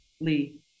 Lee